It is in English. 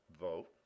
vote